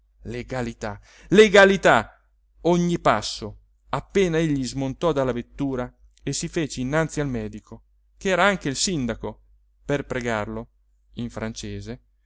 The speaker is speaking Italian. legalità legalità ogni passo appena egli smontò dalla vettura e si fece innanzi al medico che era anche il sindaco per pregarlo in francese